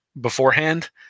beforehand